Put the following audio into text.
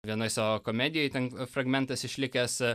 vienoj savo komedijoj ten fragmentas išlikęs e